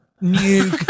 new